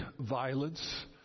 violence